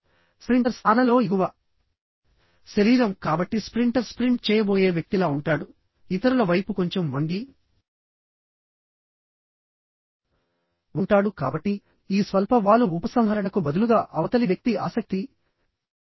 sprinter స్థానంలో ఎగువ శరీరం కాబట్టి స్ప్రింటర్ స్ప్రింట్ చేయబోయే వ్యక్తిలా ఉంటాడు ఇతరుల వైపు కొంచెం వంగి ఉంటాడు కాబట్టి ఈ స్వల్ప వాలు ఉపసంహరణకు బదులుగా అవతలి వ్యక్తి ఆసక్తి కలిగి ఉన్నాడని చూపిస్తుంది